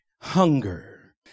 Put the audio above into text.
hunger